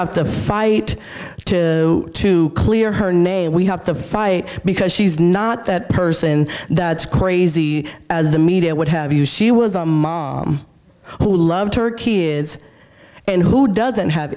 have to fight to clear her name and we have to fight because she's not that person that is crazy as the media would have you she was a mom who loved her kids and who doesn't have